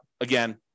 again